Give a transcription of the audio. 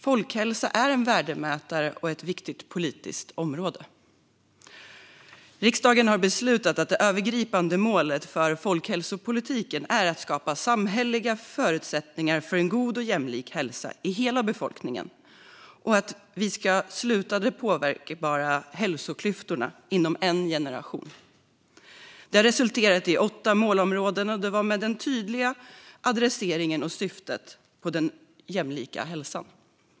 Folkhälsa är en värdemätare och ett viktigt politiskt område. Riksdagen har beslutat att det övergripande målet för folkhälsopolitiken är att skapa samhälleliga förutsättningar för en god och jämlik hälsa i hela befolkningen, och vi ska sluta de påverkbara hälsoklyftorna inom en generation. Det här har resulterat i åtta målområden med den tydliga adresseringen och syftet att skapa jämlik hälsa.